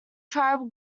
tribal